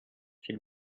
s’il